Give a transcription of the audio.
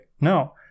No